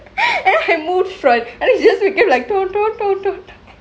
and then I moved forward and it just became like